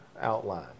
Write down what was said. outline